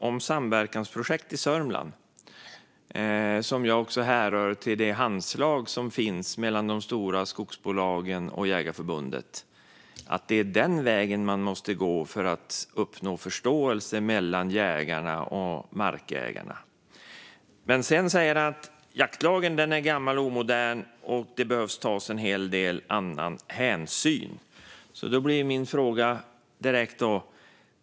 Det samverkansprojekt i Sörmland som han tog upp härrör från det handslag som finns mellan de stora skogsbolagen och Jägareförbundet, och det är den vägen man måste gå för att uppnå förståelse mellan jägare och markägare. Sedan säger han att jaktlagen är gammal och omodern och att det behöver tas en del annan hänsyn.